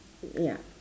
ya